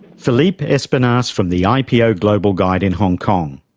philippe espinasse from the ah ipo global guide in hong kong.